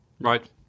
Right